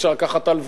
אפשר לקחת הלוואות,